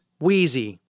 Wheezy